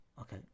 Okay